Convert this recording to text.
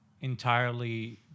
entirely